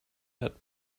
had